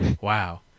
Wow